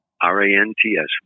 R-A-N-T-S